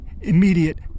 immediate